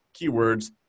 keywords